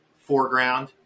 foreground